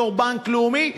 יושב-ראש בנק לאומי,